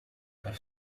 have